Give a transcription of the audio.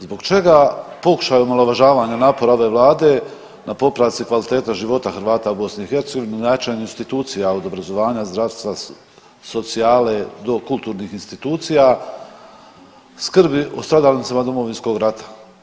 Zbog čega pokušaj omalovažavanja napore ove vlade na popravci kvalitete života Hrvata u BiH na jačanju institucija od obrazovanja, zdravstva, socijale do kulturnih institucija, skrbi o stradalnicima Domovinskog rata.